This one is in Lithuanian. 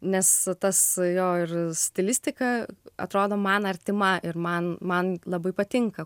nes tas jo ir stilistika atrodo man artima ir man man labai patinka